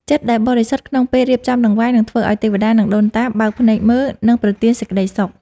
ចិត្តដែលបរិសុទ្ធក្នុងពេលរៀបចំដង្វាយនឹងធ្វើឱ្យទេវតា និងដូនតាបើកភ្នែកមើល និងប្រទានសេចក្តីសុខ។